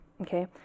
Okay